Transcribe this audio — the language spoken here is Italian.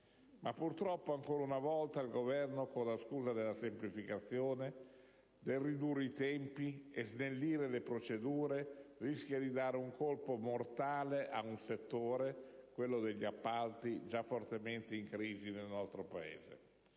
ma purtroppo, ancora una volta, il Governo, con la scusa della semplificazione, del ridurre i tempi e snellire le procedure, rischia di dare un colpo mortale ad un settore (quello degli appalti) già fortemente in crisi nel nostro Paese.